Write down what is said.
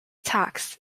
tax